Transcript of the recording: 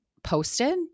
posted